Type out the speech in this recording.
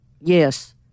yes